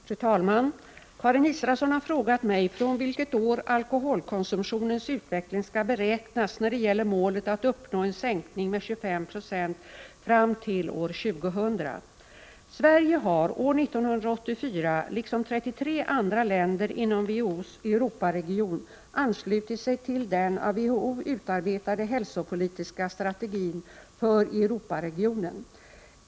Fru talman! Karin Israelsson har frågat mig från vilket år alkoholkonsumtionens utveckling skall beräknas när det gäller målet att uppnå en sänkning med 25 96 fram till år 2000. Sverige har år 1984, liksom 33 andra länder inom WHO:s Europaregion, anslutit sig till den av WHO utarbetade hälsopolitiska strategin för Europaregionen.